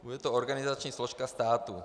Bude to organizační složka státu.